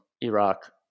Iraq